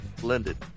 Blended